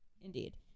indeed